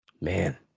man